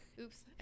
Oops